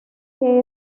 que